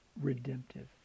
redemptive